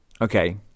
Okay